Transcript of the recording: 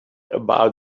about